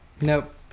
Nope